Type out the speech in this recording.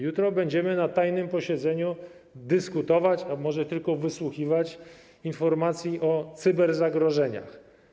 Jutro będziemy na tajnym posiedzeniu dyskutować, a może tylko wysłuchiwać informacji o cyberzagrożeniach.